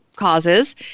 causes